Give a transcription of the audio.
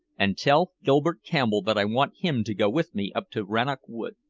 and tell gilbert campbell that i want him to go with me up to rannoch wood.